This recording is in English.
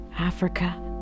Africa